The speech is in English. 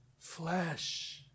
flesh